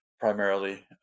primarily